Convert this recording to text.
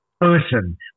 person